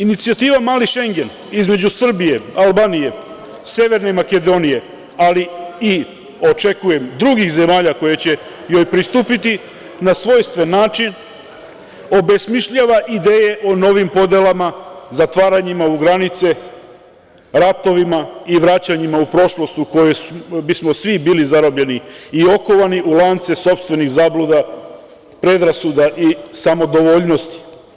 Inicijativa „mali Šengen“ između Srbije, Albanije, Severne Makedonije, ali i, očekujem, drugih zemalja koje će joj pristupiti na svojstven način, obesmišljava ideje o novim podelama zatvaranjima u granice ratovima i vraćanjima u prošlost u kojoj bismo svi bili zarobljeni i okovani u lance sopstvenih zabluda, predrasuda i samodovoljnosti.